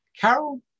Carol